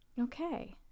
Okay